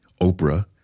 Oprah